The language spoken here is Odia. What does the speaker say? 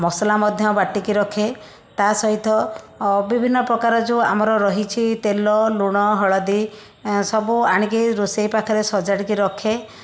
ମସଲା ମଧ୍ୟ ବାଟିକି ରଖେ ତା' ସହିତ ଅ ବିଭିନ୍ନ ପ୍ରକାର ଯେଉଁ ଆମର ରହିଛି ତେଲ ଲୁଣ ହଳଦି ସବୁ ଆଣିକି ରୋଷେଇ ପାଖରେ ସଜାଡ଼ିକି ରଖେ